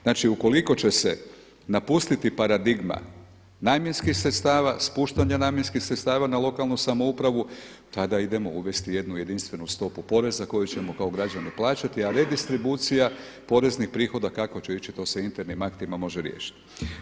Znači, ukoliko će se napustiti paradigma namjenskih sredstava, spuštanja namjenskih sredstava na lokalnu samoupravu, tada idemo uvesti jednu jedinstvenu stopu poreza koju ćemo kao građani plaćati, a redistribucija poreznih prihoda kako će ići to se internim aktima može riješiti.